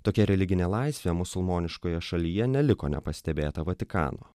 tokia religinė laisvė musulmoniškoje šalyje neliko nepastebėta vatikano